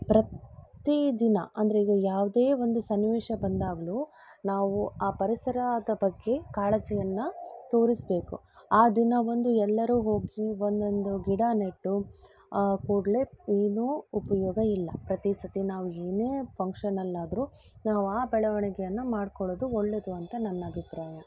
ಪ್ರತಿ ದಿನ ಅಂದರೆ ಈಗ ಯಾವುದೇ ಒಂದು ಸನ್ನಿವೇಶ ಬಂದಾಗಲೂ ನಾವು ಆ ಪರಿಸರದ ಬಗ್ಗೆ ಕಾಳಜಿಯನ್ನು ತೋರಿಸಬೇಕು ಆ ದಿನ ಒಂದು ಎಲ್ಲರೂ ಹೋಗಿ ಒಂದೊಂದು ಗಿಡ ನೆಟ್ಟು ಕೂಡಲೇ ಏನೂ ಉಪಯೋಗ ಇಲ್ಲ ಪ್ರತಿ ಸರ್ತಿ ನಾವು ಏನೇ ಫಂಕ್ಷನಲ್ಲಾದರೂ ನಾವು ಆ ಬೆಳವಣಿಗೆಯನ್ನು ಮಾಡ್ಕೊಳ್ಳೋದು ಒಳ್ಳೆಯದು ಅಂತ ನನ್ನ ಅಭಿಪ್ರಾಯ